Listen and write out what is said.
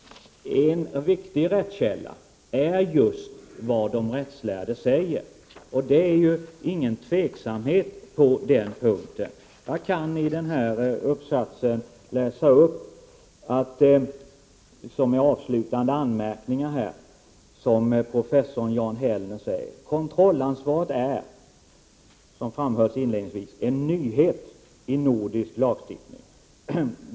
En viktig rättskälla är just vad de rättslärde säger. Och det råder ju inga tvivel på den punkten. Jag kan som en avslutande anmärkning läsa ur professor Jan Hellners analys. Han säger: Kontrollansvaret är, som framhölls inledningsvis, en nyhet i nordisk lagstiftning.